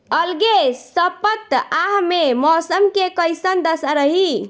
अलगे सपतआह में मौसम के कइसन दशा रही?